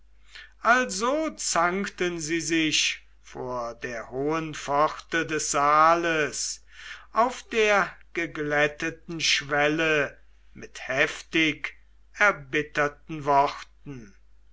also zankten sie sich vor der hohen pforte des saales auf der geglätteten schwelle mit heftig erbitterten worten